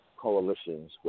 coalitions